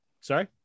Sorry